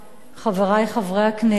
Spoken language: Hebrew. חברי חברי הכנסת,